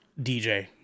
dj